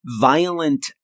Violent